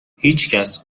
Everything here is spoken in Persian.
هیچکس